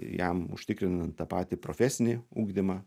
jam užtikrinant tą patį profesinį ugdymą